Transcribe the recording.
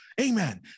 Amen